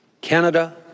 Canada